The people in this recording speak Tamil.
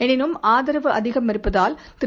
எனினும் ஆதரவு அதிகம் இருப்பதால் திரு